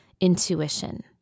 intuition